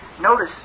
Notice